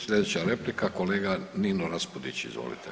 Slijedeća replika kolega Nino Raspudić izvolite.